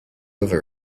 over